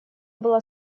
была